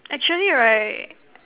actually right